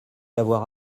avoir